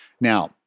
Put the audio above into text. Now